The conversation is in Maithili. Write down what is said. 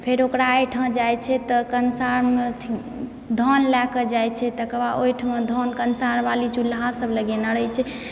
फेर ओकरा ओहिठमा जाय छै तऽ कंसारमे धान लए कऽ जाय छै तकर बाद ओहिठमा धान कंसार बाली चूल्हा सब लगेने रहै छै